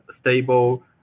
stable